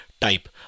type